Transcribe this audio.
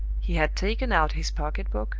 he had taken out his pocket-book,